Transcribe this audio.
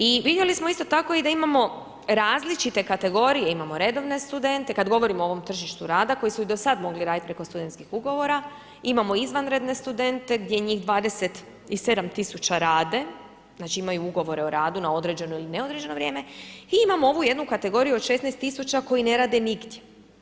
I vidjeli smo isto tako i da imamo različite kategorije, imamo redovne studente, kad govorimo o ovom tržištu rada, koji su i do sad mogli raditi preko studentskih ugovora, imamo izvanredne studente, gdje njih 27000 rade, znači imaju ugovore o radu na određeno ili neodređeno vrijeme, i imamo ovu jednu kategoriju od 16000 koji ne rade nigdje.